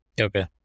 Okay